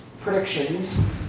predictions